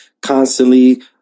constantly